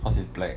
cause it's black